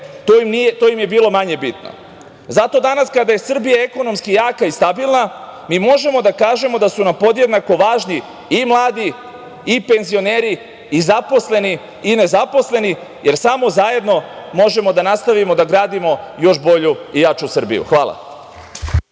to im je bilo manje bitno. Zato danas kada je Srbija ekonomski jaka i stabilna, mi možemo da kažemo da su nam podjednako važni i mladi i penzioneri i zaposleni i nezaposleni, jer samo zajedno možemo da nastavimo da gradimo još bolju i jaču Srbiju. Hvala.